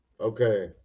okay